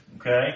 Okay